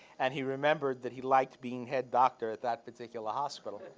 and he remembered that he liked being head doctor at that particular hospital.